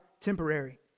temporary